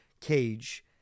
cage